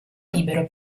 libero